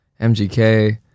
MGK